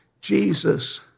Jesus